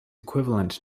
equivalent